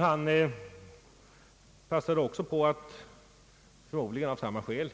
Han passade också på att, förmodligen av samma skäl,